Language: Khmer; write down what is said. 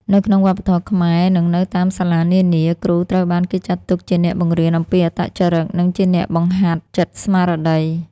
នៅក្នុងវប្បធម៌ខ្មែរនិងនៅតាមសាលានានា គ្រូត្រូវបានគេចាត់ទុកជាអ្នកបង្រៀនអំពីអត្តចរិតនិងជាអ្នកបង្ហាត់ចិត្តស្មារតី។